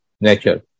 nature